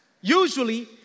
Usually